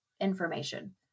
information